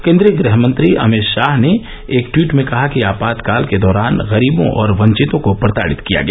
केन्द्रीय गृह मंत्री अमित शाह ने एक टवीट में कहा कि आपातकाल के दौरान गरीबों और वंचितों को प्रताडित किया गया